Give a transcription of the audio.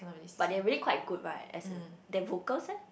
but they're really quite good right as in their vocals eh